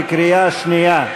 בקריאה שנייה.